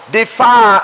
defy